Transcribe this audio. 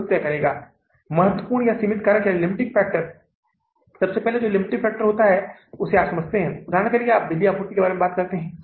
तो हम देखेंगे कि हम इस राशि का उपयोग कैसे कर सकते हैं अब हम फिर से यही काम करते हैं हम नकद प्राप्ति संवितरण जारी रख रहे हैं